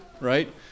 right